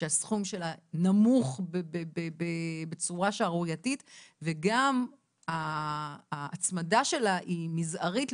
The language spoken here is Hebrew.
שהסכום שלה נמוך בצורה שערורייתית וגם ההצמדה שלה היא מזערית,